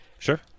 Sure